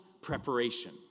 preparation